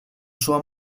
sua